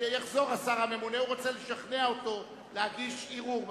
כשיחזור השר הממונה הוא רוצה לשכנע אותו להגיש ערעור בממשלה.